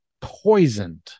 poisoned